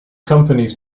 companies